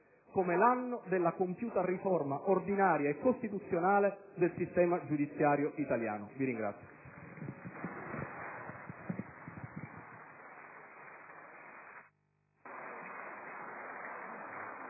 come l'anno della compiuta riforma ordinaria e costituzionale del sistema giudiziario italiano. *(Applausi